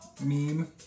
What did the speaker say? meme